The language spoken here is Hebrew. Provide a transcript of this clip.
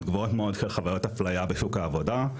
גבוהות מאוד של חוויית אפליה בשוק העבודה.